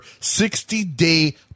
60-day